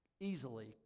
easily